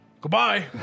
Goodbye